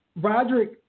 Roderick